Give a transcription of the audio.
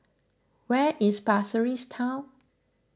where is Pasir Ris Town